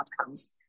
outcomes